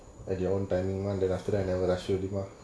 at your own timing monday after that never rush you டி:di mah